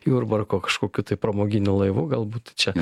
jurbarko kažkokiu tai pramoginiu laivu galbūt čia